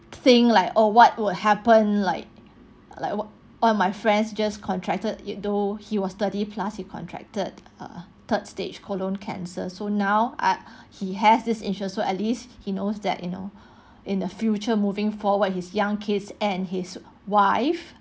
seeing like oh what would happen like like one of my friends just contracted though he was thirty plus he contracted a third stage colon cancer so now ah he has this insurance so at least he knows that you know in the future moving forward his young kids and his wife